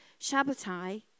Shabbatai